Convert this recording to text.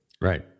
Right